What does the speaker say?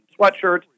sweatshirts